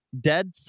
dead